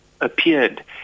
appeared